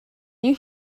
you